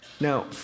Now